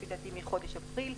לפי דעתי, מחודש אפריל.